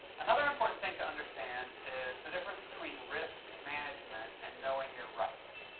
another important thing to understand is the difference between risk management and knowing your rights.